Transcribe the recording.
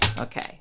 Okay